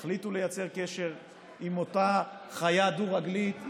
יחליטו ליצור קשר עם אותה חיה דו-רגלית,